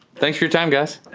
thanks for your time, guys.